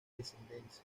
descendencia